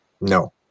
No